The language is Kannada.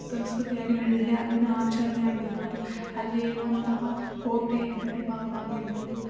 ಸಂಸ್ಕೃತಿಯಾಗಿ ನಡೆದಿದೆ ಅಲ್ಲಿನ ಆಚರಣೆ ಆಗಿರ್ಬೋದು ಅಲ್ಲಿರುವಂತಹ ಕೋಟೆ ಗಡಿ ಭಾಗ ಆಗಿರ್ಬೋದು